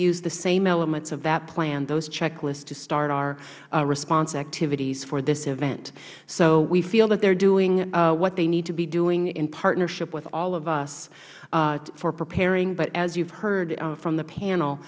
used the same elements of that plan those checklists to start our response activities for this event so we feel that they are doing what they need to be doing in partnership with all of us for preparing but as you have heard from the pan